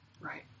right